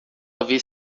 talvez